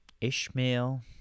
Ishmael